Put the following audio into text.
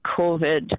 COVID